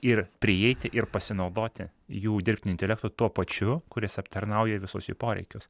ir prieiti ir pasinaudoti jų dirbtiniu intelektu tuo pačiu kuris aptarnauja visus jų poreikius